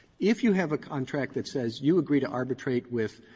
if you have a contract that says you agree to arbitrate with